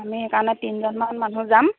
আমি সেইকাৰণে তিনিজনমান মানুহ যাম